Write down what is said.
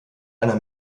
einer